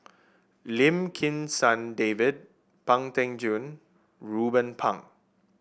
Lim Kim San David Pang Teck Joon and Ruben Pang